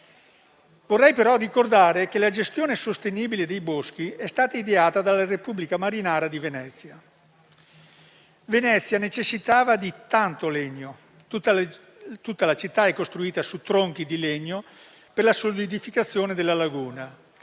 Vorrei però ricordare che la gestione sostenibile dei boschi è stata ideata dal Repubblica marinara di Venezia, che necessitava di tanto legno: tutta la città è costruita su tronchi di legno per la solidificazione della laguna,